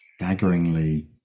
staggeringly